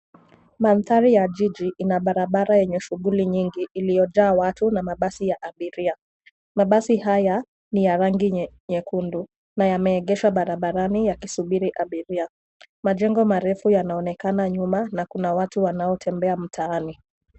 Mandhari ya jiji ina barabara yenye shughuli nyingi iliyojaa watu na mabasi ya abiria. Mabasi haya ni ya rangi nyekundu na yameegeshwa barabarani yakisubiri abiria. Majengo marefu yanaonekana nyuma na kuna watu wanaotembea mtaani.